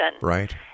Right